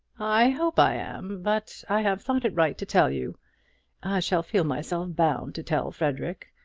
i hope i am but i have thought it right to tell you. i shall feel myself bound to tell frederic.